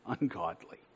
ungodly